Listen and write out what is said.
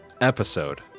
episode